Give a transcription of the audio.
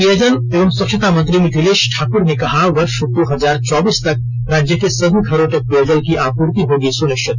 पेयजल एवं स्वच्छता मंत्री मिथिलेश ठाकुर ने कहा वर्ष दो हजार चौबीस तक राज्य के सभी घरों तक पेयजल की आपूर्ति होगी सुनिश्चित